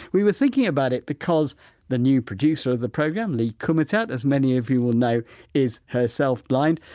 we were thinking about it because the new producer of the programme, lee kumutat, as many of you will know is herself blind,